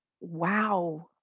wow